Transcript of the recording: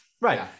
Right